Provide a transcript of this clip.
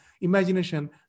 imagination